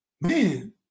man